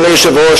אדוני היושב-ראש,